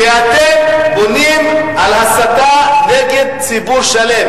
כי אתם בונים על הסתה נגד ציבור שלם.